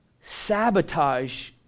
sabotage